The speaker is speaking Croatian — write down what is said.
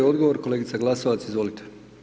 Odgovor kolegica Glasovac, izvolite.